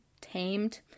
tamed